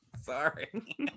sorry